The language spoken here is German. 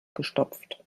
gestopft